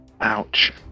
Ouch